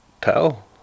tell